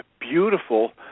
beautiful